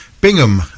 Bingham